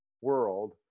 world